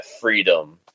freedom